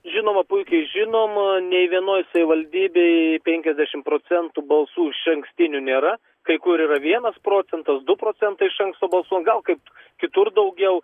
žinoma puikiai žinoma nei vienoj savivaldybėj penkiasdešimt procentų balsų išankstinių nėra kai kur yra vienas procentas du procentai iš anksto balsuojant gal kaip kitur daugiau